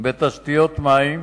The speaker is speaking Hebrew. בתשתיות מים,